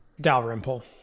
Dalrymple